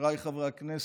חבריי חברי הכנסת,